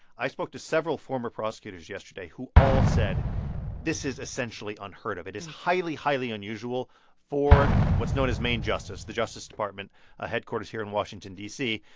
i spoke to several former prosecutors yesterday who all said this is essentially unheard of. it is highly, highly unusual for what's known as main justice, the justice department ah headquarters here in washington d c,